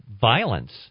violence